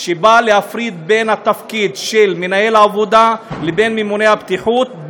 שבא להפריד בין התפקיד של מנהל העבודה לבין ממונה הבטיחות,